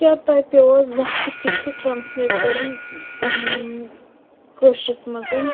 کیٛاہ تۄہہِ پیوٚوا زانٛہہ تہٕ کیٚنٛہہ تہِ ٹرٛانٕسلیٹ کَرُن کٲشرِس منٛز